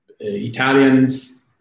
Italians